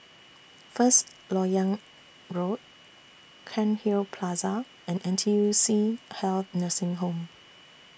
First Lok Yang Road Cairnhill Plaza and N T U C Health Nursing Home